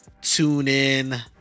TuneIn